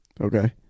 Okay